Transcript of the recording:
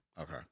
Okay